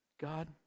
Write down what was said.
god